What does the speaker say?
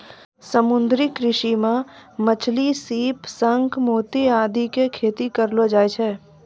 समुद्री कृषि मॅ मछली, सीप, शंख, मोती आदि के खेती करलो जाय छै